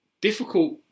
difficult